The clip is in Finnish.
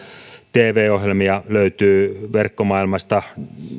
tv ohjelmia löytyy verkkomaailmasta